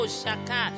shaka